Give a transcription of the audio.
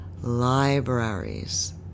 libraries